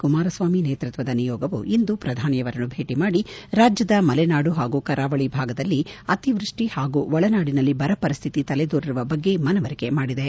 ಕುಮಾರಸ್ವಾಮಿ ನೇತೃತ್ವದ ನಿಯೋಗವು ಇಂದು ಪ್ರಧಾನಿಯವರನ್ನು ಭೇಟ ಮಾಡಿ ರಾಜ್ಯದ ಮಲೆನಾಡು ಹಾಗೂ ಕರಾವಳಿ ಭಾಗದಲ್ಲಿ ಅತಿವೃಷ್ಟಿ ಹಾಗೂ ಒಳನಾಡಿನಲ್ಲಿ ಬರಪರಿಸ್ಥಿತಿ ತಲೆದೋರಿರುವ ಬಗ್ಗೆ ಮನವರಿಕೆ ಮಾಡಿದೆ